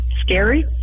scary